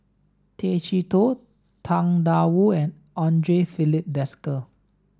Tay Chee Toh Tang Da Wu and Andre Filipe Desker